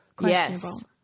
Yes